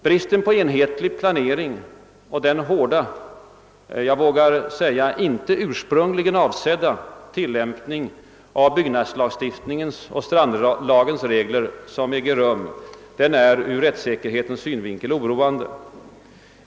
Bristen på enhetlig planering och den hårda — jag vågar säga inte ursprungligen avsedda — tillämpning av byggnadslagstiftningens och strandlagens regler som förekommer är ur rättssäkerhetens synvinkel oroande.